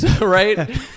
Right